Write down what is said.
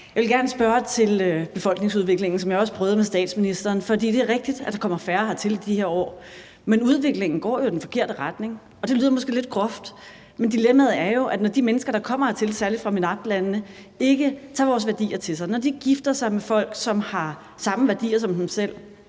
Jeg vil gerne spørge om befolkningsudviklingen, hvilket jeg også prøvede med statsministeren. For det er rigtigt, at der kommer færre hertil i de her år, men udviklingen går jo i den forkerte retning. Og det lyder måske lidt groft, men dilemmaet er jo, at når de mennesker, der kommer hertil, særlig fra MENAPT-landene, ikke tager vores værdier til sig, og når de gifter sig med folk, som har samme værdier som dem selv,